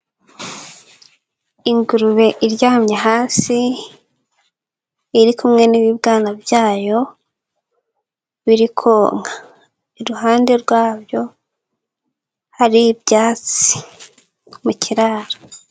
Ingurube iryamye hasi iri kumwe n'ibibwana byayo biri konka. Iruhande rwabyo hari ibyatsi mu kiraro.